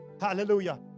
Hallelujah